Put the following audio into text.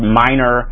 minor